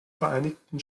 vereinigten